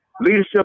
leadership